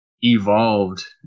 evolved